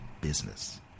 business